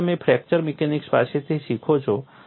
તેથી તમે fracture mechanics પાસેથી શીખો છો